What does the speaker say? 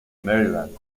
maryland